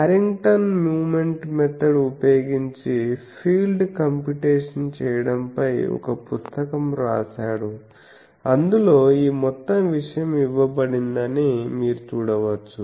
Harrington moment method ఉపయోగించి field computation చేయడం పై ఒక పుస్తకం వ్రాసాడు అందులో ఈ మొత్తం విషయం ఇవ్వబడిందని మీరు చూడవచ్చు